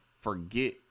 forget